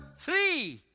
three!